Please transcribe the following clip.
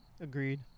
Agreed